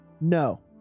No